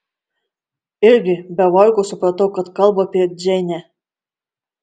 irgi be vargo supratau kad kalba apie džeinę